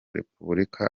repubulika